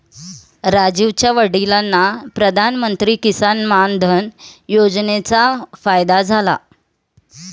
राजीवच्या वडिलांना प्रधानमंत्री किसान मान धन योजनेचा फायदा झाला